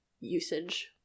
usage